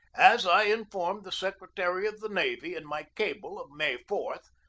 as i informed the secretary of the navy in my cable of may four,